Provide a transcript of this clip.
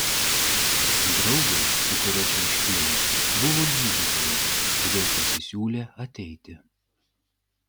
draugė su kuria čiauškėjo buvo gydytoja todėl pasisiūlė ateiti